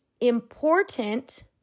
important